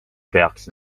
peaks